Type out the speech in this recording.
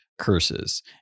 curses